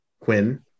Quinn